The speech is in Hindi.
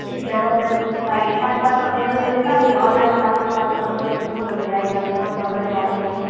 फ़िर ज़्यादा अनलाइन मंगवाने में हमारी दुकान पर अवेलेबल नहीं है ना अभी अनलाइन मंगाते मंगाते कम से कम एक हफ्ते लग ही जाएँगे अब वहाँ से जब ऑर्डर आएगा तभी ना